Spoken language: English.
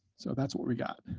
so that's what we got.